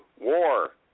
war